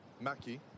Mackie